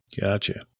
Gotcha